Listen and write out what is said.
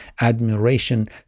admiration